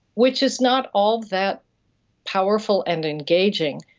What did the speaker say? which is not all that powerful and engaging,